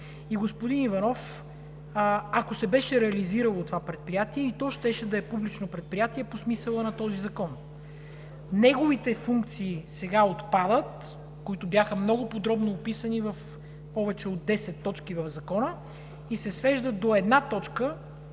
Господин Иванов, ако беше се реализирало това предприятие, и то щеше да е публично предприятие по смисъла на този закон. Неговите функции, които бяха много подробно описани в повече от десет точки в Закона, сега отпадат и се свеждат до една точка